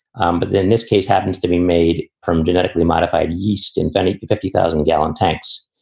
um but then this case happens to be made from genetically modified yeast in any fifty thousand gallon tanks,